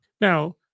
Now